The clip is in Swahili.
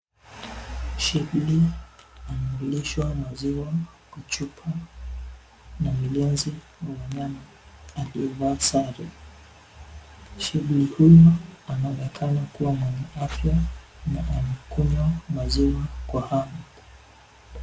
Shibli, analishwa maziwa, kwa chupa, na mlezi wa wanyama, aliyevaa sare, shibli huyu, anaonekana kuwa mwenye afya, na anakunywa maziwa kwa hamu.